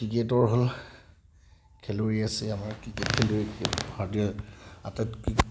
ক্ৰিকেটৰ হ'ল খেলুৱৈ আছে আমাৰ ক্ৰিকেট খেলুৱৈ ভাৰতীয় আটাইতকৈ